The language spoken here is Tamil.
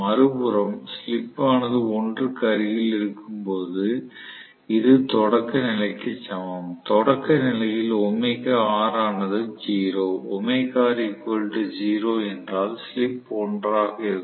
மறுபுறம் ஸ்லிப் ஆனது 1 க்கு அருகில் இருக்கும் போது இது தொடக்க நிலைக்கு சமம் தொடக்க நிலையில் ஆனது 0 0 என்றால் ஸ்லிப் 1 ஆக இருக்கும்